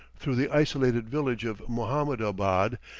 through the isolated village of mohammedabad,